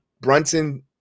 Brunson